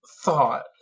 thought